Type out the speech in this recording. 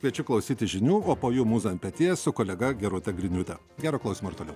kviečiu klausytis žinių o po jų mūza ant peties su kolega gerūta griniūte gero klausymo ir toliau